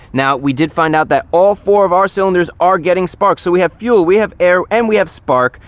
now we did find out that all four of our cylinders are getting spark. so we have fuel, we have air, and we have spark,